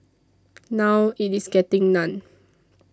now it is getting none